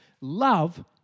Love